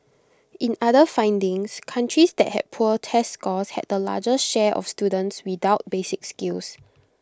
in other findings countries that had poor test scores had the largest share of students without basic skills